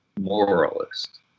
moralist